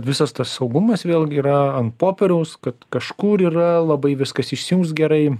visas tas saugumas vėlgi yra ant popieriaus kad kažkur yra labai viskas išsijungs gerai